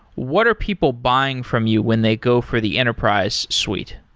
what are people buying from you when they go for the enterprise suite?